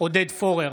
עודד פורר,